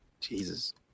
Jesus